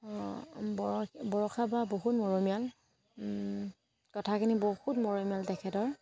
বৰষ বৰষা বা বহুত মৰমীয়াল কথাখিনি বহুত মৰমীয়াল তেখেতৰ